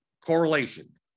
correlation